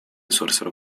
sorsero